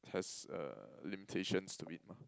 has uh limitations to it